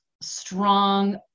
strong